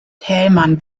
thälmann